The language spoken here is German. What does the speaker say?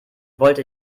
wollte